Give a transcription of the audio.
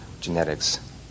genetics